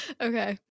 Okay